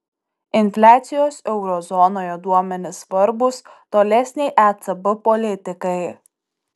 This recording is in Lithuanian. infliacijos euro zonoje duomenys svarbūs tolesnei ecb politikai